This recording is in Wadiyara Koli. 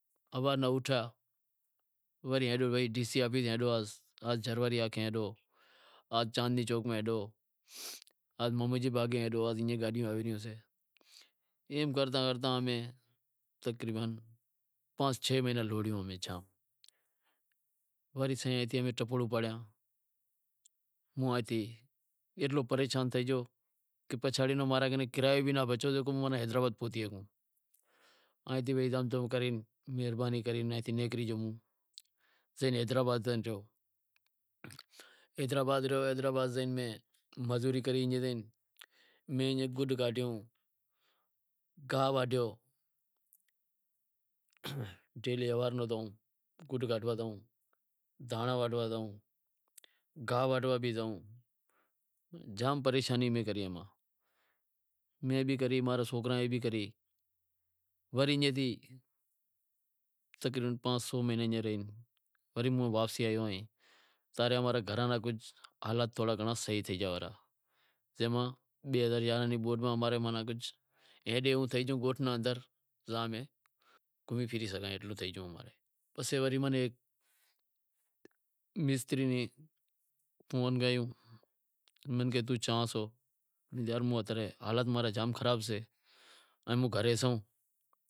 وری ہلیو ڈی سی آفیس وری جرواری ہلو، آز چاندنی چوک ہلو، آز محمودآباد ہلو، ایم کرتا کرتا امیں تقریبن پانس چھ مہینا لوڑیو امیں جام وری سائیں اتھے امیں ٹپڑ اپاڑیا موں آئی تھی ایتلو پریشان تھئی گیو کی پچھاڑی رو ماں رے کن اتلو کرایو بھی ناں بچیو جو حیدرآباد پہتی ہالاں، زم تم کرے ہوں نیکری گیوں ہوں، حیدرآباد گیع، حیدرآباد زائے میں مزوری کری، میں ایئں گڈ کاڈیو، گاہ واڈھیو، ہوارے رو ہوں گڈ کاڈھوا زائوں، دہانڑا واڈھوا زائوں، گاہ واڈھوا بھی زائوں، جام پریشانی میں کری، میں بھی کری ماں رے سوکراں بھی کری، وری ایئں تھی تقریبن پانس سو مہینا ایئں رہیو، وری موں واپسی آیو تاں رے ماں رے گھراں را حٓلات کجھ ماناں صحیح تھئے گیا، بئے ہزار یارانہں ری بوڈ رے اندر ایڈے ہوں تھے گیو گوٹھ رے اندر گاں میں کوئی فری ناں سگھاں، پسے ماناں وری مستری نیں فون کریوں، او کہے توں چاں سے، یار ماں را حالات جام خراب سیں،